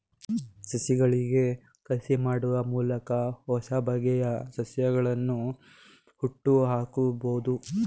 ಸಸಿಗಳಿಗೆ ಕಸಿ ಮಾಡುವ ಮೂಲಕ ಹೊಸಬಗೆಯ ಸಸ್ಯಗಳನ್ನು ಹುಟ್ಟುಹಾಕಬೋದು